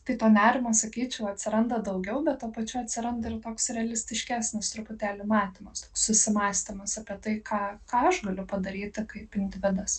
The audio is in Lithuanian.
tai to nerimo sakyčiau atsiranda daugiau bet tuo pačiu atsiranda ir toks realistiškesnis truputėlį matymas toks susimąstymas apie tai ką ką aš galiu padaryti kaip individas